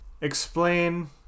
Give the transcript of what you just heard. Explain